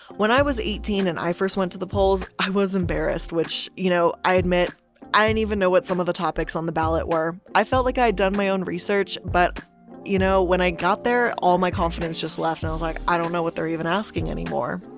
when i was eighteen and i first went to the polls, i was embarrassed which you know, i admit i didn't and even know what some of the topics on the ballot were. i felt like i had done my own research but you know, when i got there, all my confidence just left and i was like i don't know what they're even asking anymore.